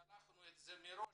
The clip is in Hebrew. שלחנו את זה גם מראש